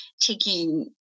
taking